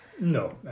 No